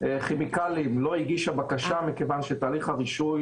כימיקלים לא הגישה בקשה מכיוון שתהליך הרישוי